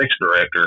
director